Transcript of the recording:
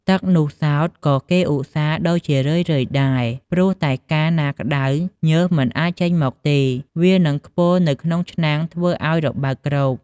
ទឹកនោះសោតក៏គេឧស្សាហ៍ដូរជារឿយៗដែរ ព្រោះតែកាលណាក្តៅញើសមិនអាចចេញមកទេ វានឹងខ្ពុលនៅក្នុងឆ្នាំងធ្វើឲ្យរបើកគ្រប។